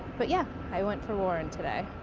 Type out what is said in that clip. but yeah i went for warren today.